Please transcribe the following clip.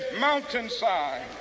mountainside